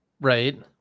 Right